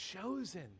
chosen